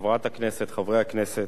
חברת הכנסת, חברי הכנסת,